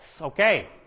Okay